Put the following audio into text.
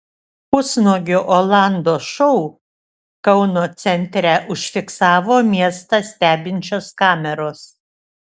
pusnuogio olando šou kauno centre užfiksavo miestą stebinčios kameros